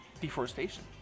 Deforestation